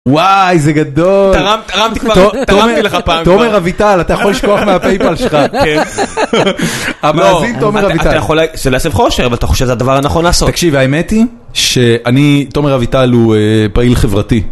וואי זה גדול, תרמתי לך פעם כבר, תומר אביטל אתה יכול לשכוח מהפייפל שלך, המאזין תומר אביטל, אתה יכול לעשות חושר ואתה חושב שזה הדבר הנכון לעשות, תקשיב האמת היא שאני תומר אביטל הוא פעיל חברתי.